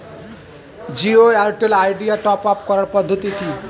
Jio Airtel Idea top up করার পদ্ধতি কি?